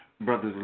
brothers